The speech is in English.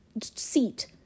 seat